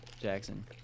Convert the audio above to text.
jackson